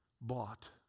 bought